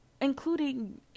including